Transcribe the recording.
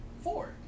Four